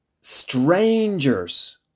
Strangers